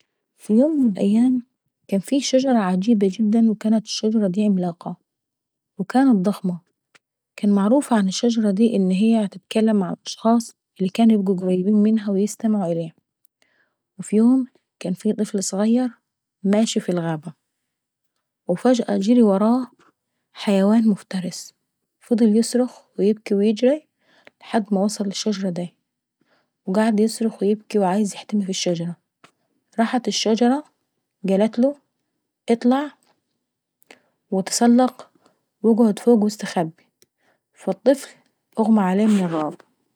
في يوم من الأيام كان في شجرة عندها القدرة ان هي يعني تتكلم من الناس اللي بيستمعوا اليها. ففيوم من الأيام كان في واحد معدي وخايف مرعوب من حد بيطارده او حيوان مفترس بيطارده في الغابة. فقعد يجري ويخاف ويبكي ويصرخ وقعد تحت الشجرة دي وقعد يقول انا ازاي نستخبى وازاي نجري من الوحش دا؟. فالشجرة استمتع اليه وقاالتله استخبى جوة فروعي، فأول ما بص للشجرة اتخض واغمى عليه.